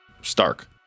stark